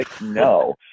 no